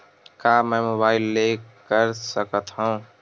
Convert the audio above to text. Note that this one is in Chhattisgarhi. का मै मोबाइल ले कर सकत हव?